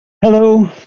Hello